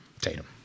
Tatum